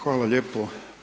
Hvala lijepo.